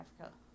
africa